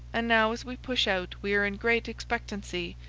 and now as we push out we are in great expectancy,